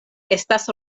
estas